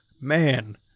man